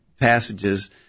passages